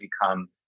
become